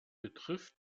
betrifft